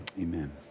Amen